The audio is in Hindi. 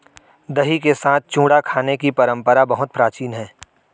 दही के साथ चूड़ा खाने की परंपरा बहुत प्राचीन है